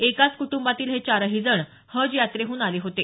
एकाच कुटुंबातील हे चारही जण हज यात्रेहून आले होते